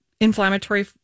inflammatory